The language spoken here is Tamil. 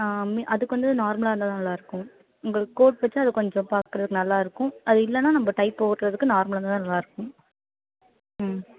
ஆ அதுக்கு வந்து நார்மலாக இருந்தால் நல்லாயிருக்கும் உங்களுக்கு கோட் வச்சா கொஞ்சம் பார்க்குறதுக்கு நல்லாயிருக்கும் அது இல்லைனா நம்ம டை போடுறதுக்கு நார்மலாக இருந்தால்தான் நல்லாயிருக்கும் ம்